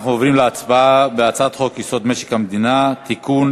אנחנו עוברים להצבעה על הצעת חוק-יסוד: משק המדינה (תיקון,